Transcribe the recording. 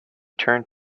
turned